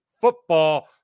football